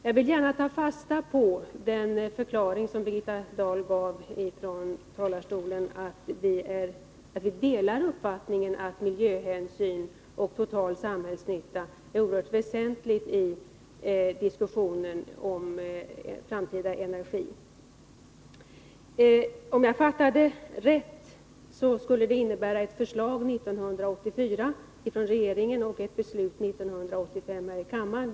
Jag vill ta fasta på den förklaring som Birgitta Dahl gav från talarstolen att vi delar uppfattningen att miljöhänsyn och total samhällsnytta är oerhört väsentliga i diskussionen om vår framtida energi. Om jag fattar rätt skulle det komma ett förslag från regeringen 1984 om ett beslut 1985 i kammaren.